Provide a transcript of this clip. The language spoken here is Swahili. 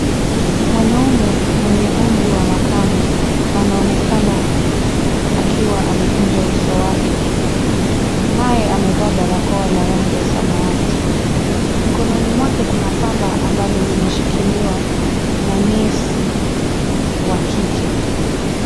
Mwanaume mwenye umri wa makamu anaonekana akiwa amekunja uso wake naye amevaa barakoa la rangi ya samawati. Mkononi mwake kuna pamba ambalo limeshikiliwa na nesi wa kike.